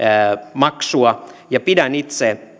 maksua ja itse